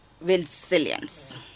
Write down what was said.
Resilience